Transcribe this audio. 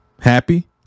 happy